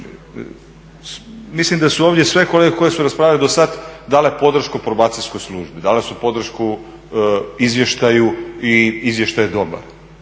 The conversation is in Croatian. Mislim da su ovdje sve kolege koji su raspravljali do sada dale podršku probacijskoj službi, dale su podršku izvještaju i izvještaj je dobar